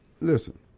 Listen